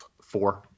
four